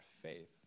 faith